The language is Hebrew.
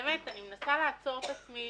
אני מנסה לעצור את עצמי